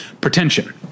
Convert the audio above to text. pretension